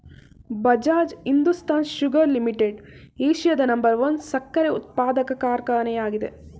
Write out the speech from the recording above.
Bajaj Hindustan sugar limited ಏಷ್ಯಾದ number one ಸಕ್ಕರೆ ಉತ್ಪಾದಕ ಕಾರ್ಖಾನೆ ಆಗಿದೆ